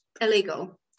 illegal